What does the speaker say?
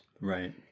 Right